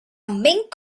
mink